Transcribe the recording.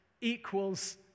equals